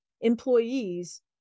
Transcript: employees